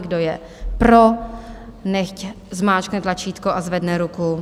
Kdo je pro, nechť zmáčkne tlačítko a zvedne ruku.